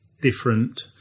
different